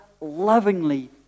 lovingly